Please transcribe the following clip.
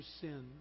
sin